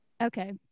Okay